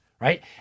Right